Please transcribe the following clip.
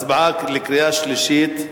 הצבעה בקריאה שלישית.